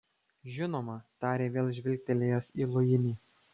žinoma tarė vėl žvilgtelėjęs į luinį